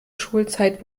schulzeit